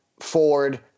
Ford